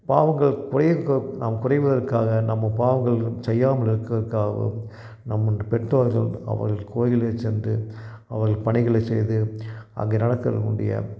பாவங்கள் குறையக் நம் குறைவதற்காக நம்ம பாவங்கள் செய்யாமல் இருக்கறக்காகவும் நம்முன் பெற்றோர்கள் அவர்கள் கோயிலில் சென்று அவர்கள் பணிகளை செய்து அங்கே நடக்கக்கூடிய